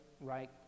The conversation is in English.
right